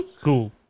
Cool